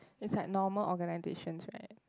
is like normal organizations right